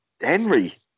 Henry